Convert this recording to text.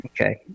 Okay